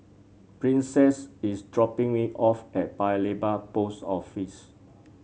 Princess is dropping me off at Paya Lebar Post Office